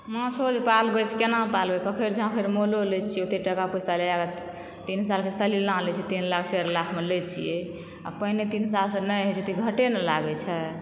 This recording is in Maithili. माछो जे पालबै से केना पालबै पोखरि झाखैरि मोलो लै छियै ओतय टका पैसा लगैक तीन साल के सालाना लै छै तीन लाख चारि लाखमे लै छियै आ पानि तीन साल से नहि होए छै तऽ ई घाटे न लागैय छै